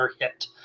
hit